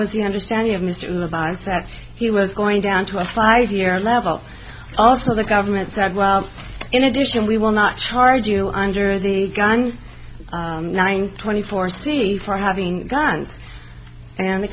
was the understanding of mr revise that he was going down to a five year level also the government said well in addition we will not charge you under the gun nine twenty four c for having guns and the